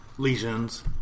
lesions